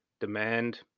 demand